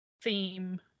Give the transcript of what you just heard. theme